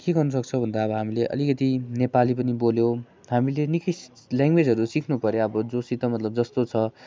के गर्नु सक्छौँ भन्दा आबो हामीले अलिकति हामीले नेपाली पनि बोल्यो हामीले निकै ल्याङ्ग्वेजहरू सिक्नु पऱ्यो अब जोसित मतलब जस्तो छ